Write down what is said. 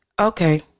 Okay